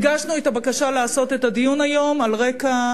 הגשנו את הבקשה לעשות את הדיון היום על רקע